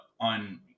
on